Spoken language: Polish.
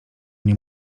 nie